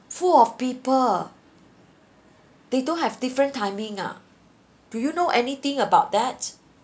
full of people they don't have different timing ah do you know anything about that